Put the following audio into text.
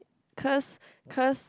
cause cause